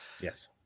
Yes